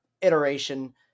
iteration